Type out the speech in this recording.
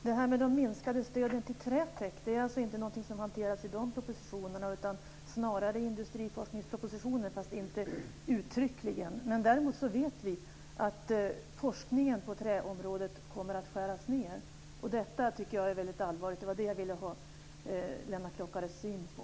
Fru talman! De minskade stöden till Trätek tas inte upp i dessa propositioner utan snarare i industriforskningspropositionen, även om det inte sker uttryckligen. Däremot vet vi att forskningen på träområdet kommer att skäras ned. Och detta tycker jag är mycket allvarligt. Det var det som jag ville ha Lennart Klockares syn på.